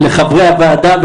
לחברי הוועדה,